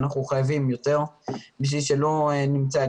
ואנחנו חייבים יותר כדי שלא נמצא את